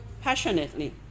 passionately